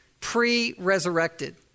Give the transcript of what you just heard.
pre-resurrected